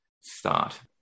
start